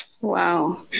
Wow